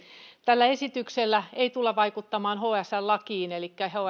tällä esityksellä ei tulla vaikuttamaan hsl lakiin elikkä